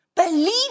Believe